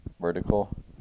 Vertical